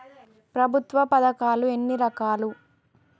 ప్రభుత్వ పథకాలు ఎన్ని రకాలు?